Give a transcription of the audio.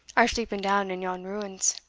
are sleeping down in yon ruins.